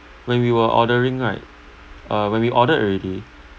when we were ordering right uh when we ordered already